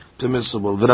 permissible